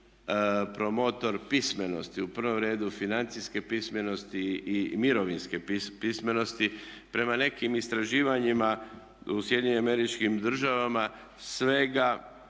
promotor pismenosti, u prvom redu financijske pismenosti i mirovinske pismenosti. Prema nekim istraživanjima u Sjedinjenim Američkim Državama svega